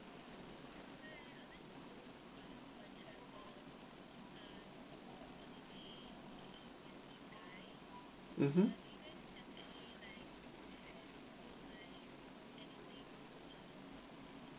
mmhmm